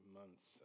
months